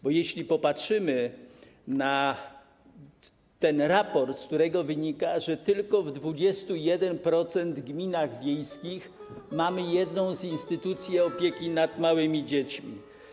Bo jeśli popatrzymy na ten raport, z którego wynika, że w 21% gmin wiejskich mamy tylko jedną z instytucji opieki nad małymi dziećmi.